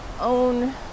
own